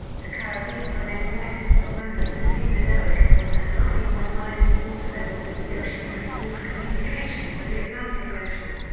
the caribbean remained like this for most of the cenozoic until the holocene when rising water levels of the oceans restored communication with the atlantic ocean.